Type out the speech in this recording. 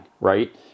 right